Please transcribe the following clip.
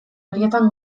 horietan